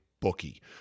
Bookie